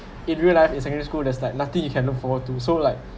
it real life in secondary school there's like nothing you can look forward to so like